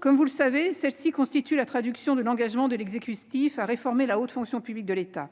Comme vous le savez, cette ordonnance traduit l'engagement de l'exécutif à réformer la haute fonction publique de l'État.